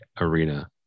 arena